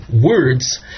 words